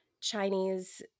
Chinese